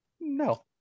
no